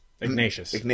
Ignatius